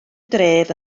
dref